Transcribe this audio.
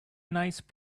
nice